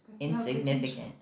Insignificant